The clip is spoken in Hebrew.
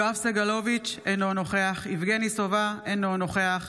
יואב סגלוביץ' - אינו נוכח יבגני סובה, אינו נוכח